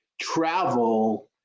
travel